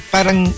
Parang